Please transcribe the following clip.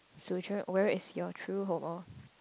where is your true home orh